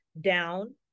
down